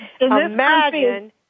Imagine